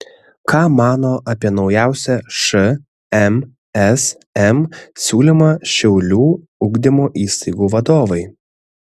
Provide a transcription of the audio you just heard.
ką mano apie naujausią šmsm siūlymą šiaulių ugdymo įstaigų vadovai